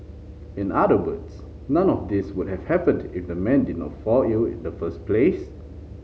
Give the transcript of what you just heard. in other words none of these would have happened if the man did not fall ill in the first place